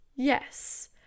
Yes